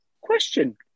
question